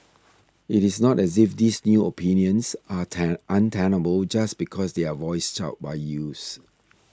it is not as if these new opinions are ten untenable just because they are voiced out by youths